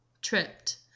Tripped